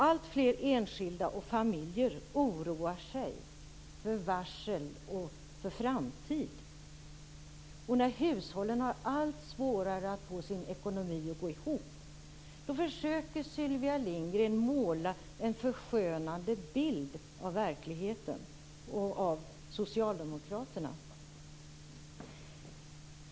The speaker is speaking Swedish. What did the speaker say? Alltfler enskilda och familjer oroar sig för varsel och för framtiden. Hushållen har allt svårare att få sin ekonomi att gå ihop. Då försöker Sylvia Lindgren måla en förskönande bild av verkligheten och av Socialdemokraterna.